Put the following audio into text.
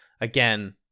again